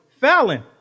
Fallon